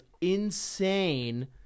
insane